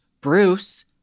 Bruce